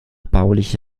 bauliche